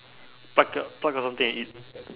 pluck out pluck out something and eat